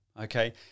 okay